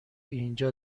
اینجا